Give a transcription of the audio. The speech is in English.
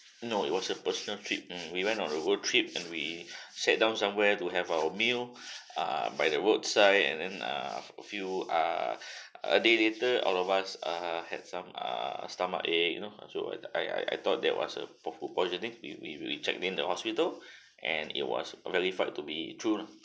no it was a personal trip mm we went on the road trip and we sat down somewhere to have our meal err by the roadside and then err a few ah a day later all of us err had some ah stomachache you know so I I I I thought that was a po~ food poisoning we we we checked in the hospital and it was verified to be true lah